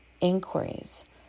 inquiries